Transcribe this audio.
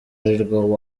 arirwo